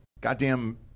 goddamn